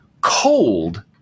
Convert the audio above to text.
cold